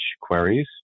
queries